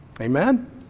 amen